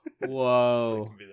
whoa